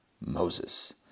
Moses